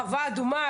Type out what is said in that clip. חווה אדומה,